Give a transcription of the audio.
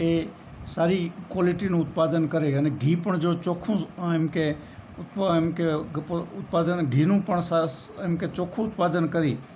એ સારી ક્વોલિટીનું ઉત્પાદન કરે અને ઘી પણ જો ચોખ્ખું એમ કે એમ કે ઉત્પાદન ઘીનું પણ એમ કે ચોખ્ખું ઉત્પાદન કરી